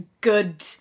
good